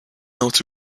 out